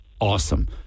awesome